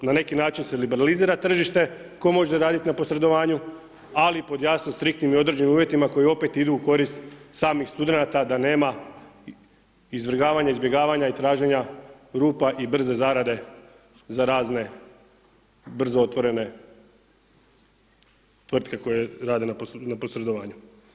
Na neki način se liberalizira tržište tko može raditi na posredovanju ali pod jasno striktnim i određenim uvjetima koji opet idu u korist samih studenata da nema izvrgavanja, izbjegavanja i traženja rupa i brze zarade za razne brzo otvorene tvrtke koje rade na posredovanju.